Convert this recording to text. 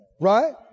Right